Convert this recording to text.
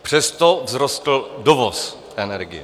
Přesto vzrostl dovoz energie.